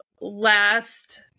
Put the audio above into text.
last